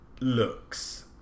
looks